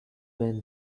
win